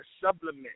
supplement